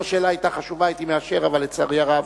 אם השאלה היתה חשובה הייתי מאשר, אבל לצערי הרב,